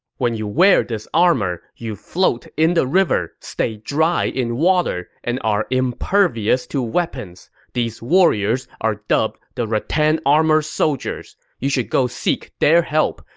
when you wear this armor, you float in the river, stay dry in water, and are impervious to weapons. these warriors are dubbed the rattan-armored soldiers. you should go seek their help.